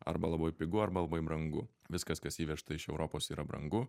arba labai pigu arba labai brangu viskas kas įvežta iš europos yra brangu